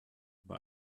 bei